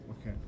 Okay